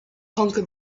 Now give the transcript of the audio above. conquer